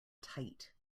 tight